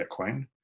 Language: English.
Bitcoin